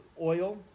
oil